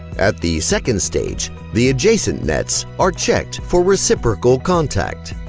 at the second stage, the adjacent nets are checked for reciprocal contact.